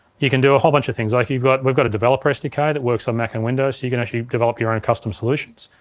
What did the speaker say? you can do a whole bunch of things. like we've got we've got a developer sdk that works on mac and windows so you can actually develop your own custom solutions.